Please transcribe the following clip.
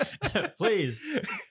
Please